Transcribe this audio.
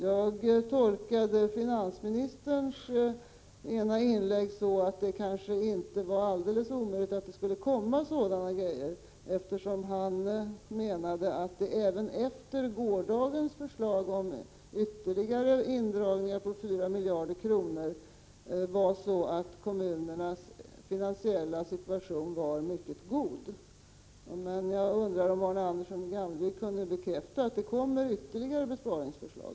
Jag tolkade ett av finansministerns inlägg så att det kanske inte var alldeles omöjligt att det skulle komma något sådant förslag; han menade att kommunernas finansiella situation var mycket god även efter gårdagens förslag om indragningar av ytterligare 4 miljarder kronor. Jag undrar alltså om Arne Andersson i Gamleby kan bekräfta att det kommer ytterligare besparingsförslag.